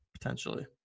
potentially